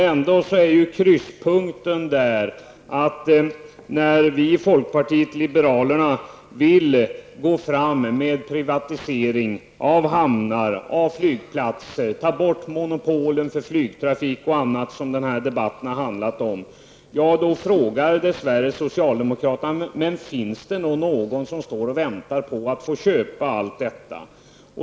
Ändå är ju skärningspunkten här att när vi i folkpartiet liberalerna vill gå fram med privatisering av hamnar och flygplatser, ta bort monopolen för flygtrafik och annat som den här debatten har handlat om, då frågar dess värre socialdemokraterna: Men finns det någon som står och väntar på att få köpa allt detta?